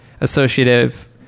associative